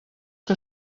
que